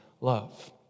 love